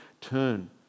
Turn